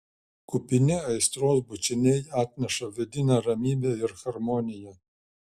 kupini aistros bučiniai atneša vidinę ramybę ir harmoniją